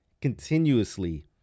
continuously